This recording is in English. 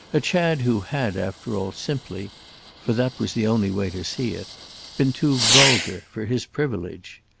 a chad who had, after all, simply for that was the only way to see it been too vulgar for his privilege.